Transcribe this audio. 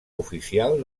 oficial